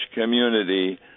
community